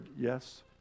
yes